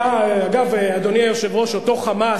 אגב, אדוני היושב-ראש, אותו "חמאס"